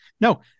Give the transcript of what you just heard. No